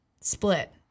split